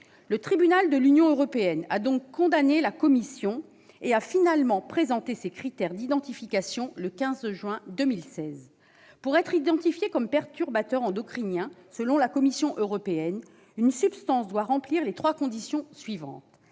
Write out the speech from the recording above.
Le tribunal de l'Union européenne a donc condamné la Commission, qui a finalement présenté ses critères d'identification le 15 juin 2016. Pour être identifiée comme perturbateur endocrinien selon la Commission européenne, une substance doit remplir les trois conditions suivantes